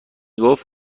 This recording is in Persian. گفت